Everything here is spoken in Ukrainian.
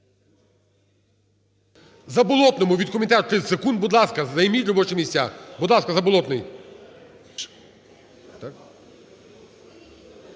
Заболотному від комітету 30 секунд. Будь ласка, займіть робочі місця. Будь ласка, Заболотний.